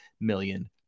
million